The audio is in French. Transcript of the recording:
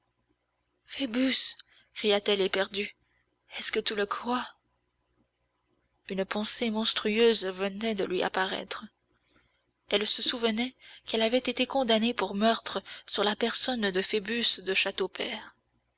phoebus cria-t-elle éperdue est-ce que tu le crois une pensée monstrueuse venait de lui apparaître elle se souvenait qu'elle avait été condamnée pour meurtre sur la personne de phoebus de